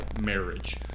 marriage